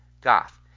Goth